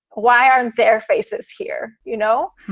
why aren't their faces here? you know,